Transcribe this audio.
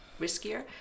riskier